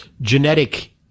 genetic